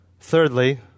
Thirdly